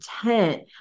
content